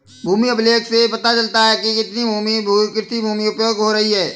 भूमि अभिलेख से पता चलता है कि कितनी भूमि कृषि में उपयोग हो रही है